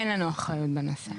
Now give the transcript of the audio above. אין לנו אחריות בנושא.